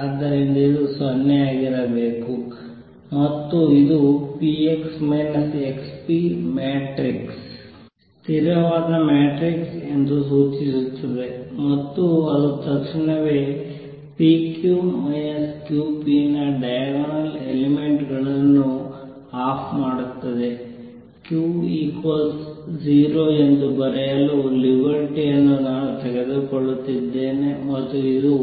ಆದ್ದರಿಂದ ಇದು 0 ಆಗಿರಬೇಕು ಮತ್ತು ಇದು p x x p matrix ಸ್ಥಿರವಾದ ಮ್ಯಾಟ್ರಿಕ್ಸ್ ಎಂದು ಸೂಚಿಸುತ್ತದೆ ಮತ್ತು ಅದು ತಕ್ಷಣವೇ p q q p ನ ಡೈಯಗನಲ್ ಎಲಿಮೆಂಟ್ ಗಳನ್ನು ಆಫ್ ಮಾಡುತ್ತದೆ q 0 ಎಂದು ಬರೆಯಲು ಲಿಬರ್ಟಿ ಅನ್ನು ನಾನು ತೆಗೆದುಕೊಳ್ಳುತ್ತಿದ್ದೇನೆ ಮತ್ತು ಇದು